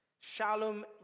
Shalom